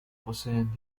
poseen